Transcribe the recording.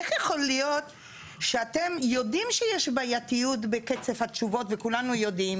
איך יכול להיות שאתם יודעים שיש בעייתיות בקצב התשובות וכולנו יודעים,